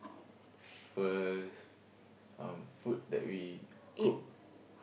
first um food that we cook